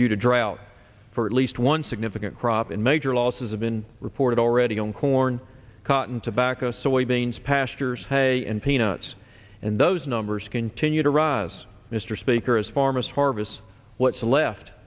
due to drought for at least one significant crop and major losses have been reported already on corn cotton tobacco soybeans pastures hey and peanuts and those numbers continue to rise mr speaker as pharmacy harvests what's left